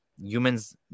humans